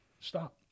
stop